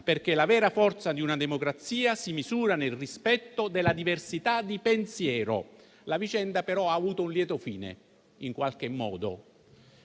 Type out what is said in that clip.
perché la vera forza di una democrazia si misura nel rispetto della diversità di pensiero. La vicenda però ha avuto un lieto fine in qualche modo,